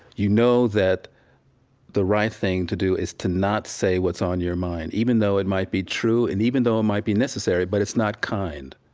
you know that the right thing to do is to not say what's on your mind, even though it might be true and even though it might be necessary, but it's not kind